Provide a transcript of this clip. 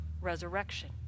resurrection